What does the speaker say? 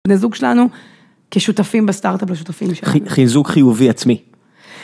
בני זוג שלנו כשותפים בסטארט-אפ לא שותפים. חיזוק חיובי עצמי.